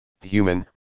human